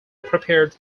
prepared